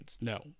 no